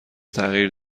تغییر